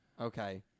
Okay